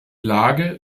lage